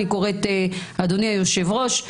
אדוני היושב-ראש,